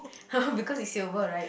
because it's silver right